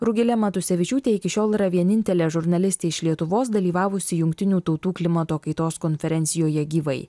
rugilė matusevičiūtė iki šiol yra vienintelė žurnalistė iš lietuvos dalyvavusi jungtinių tautų klimato kaitos konferencijoje gyvai